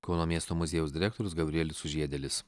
kauno miesto muziejaus direktorius gabrielius sužiedėlis